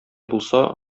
булса